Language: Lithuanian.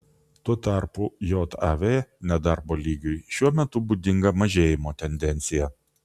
tuo tarpu jav nedarbo lygiui šiuo metu būdinga mažėjimo tendencija